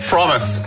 Promise